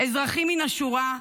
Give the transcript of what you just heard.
אזרחים מן השורה,